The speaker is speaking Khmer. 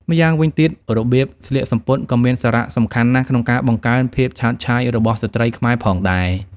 ម្យ៉ាងវិញទៀតរបៀបស្លៀកសំពត់ក៏មានសារៈសំខាន់ណាស់ក្នុងការបង្កើនភាពឆើតឆាយរបស់ស្ត្រីខ្មែរផងដែរ។